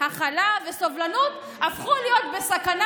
להכלה ולסובלות הפכו להיות בסכנה,